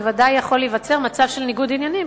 בוודאי יכול להיווצר מצב של ניגוד עניינים,